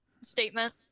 statement